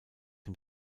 dem